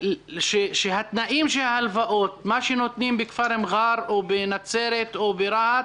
כך שהתנאים של הלוואות שנותנים במע'ר או בנצרת או ברהט